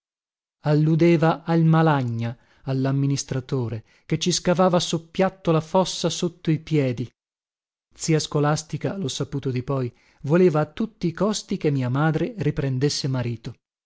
alludeva al malagna allamministratore che ci scavava soppiatto la fossa sotto i piedi zia scolastica lho saputo dipoi voleva a tutti i costi che mia madre riprendesse marito